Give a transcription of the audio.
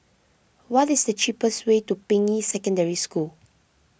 what is the cheapest way to Ping Yi Secondary School